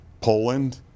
Poland